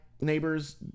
neighbors